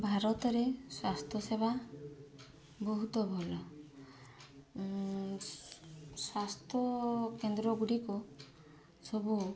ଭାରତରେ ସ୍ୱାସ୍ଥ୍ୟସେବା ବହୁତ ଭଲ ସ୍ୱାସ୍ଥ୍ୟକେନ୍ଦ୍ର ଗୁଡ଼ିକ ସବୁ